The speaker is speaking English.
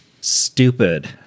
stupid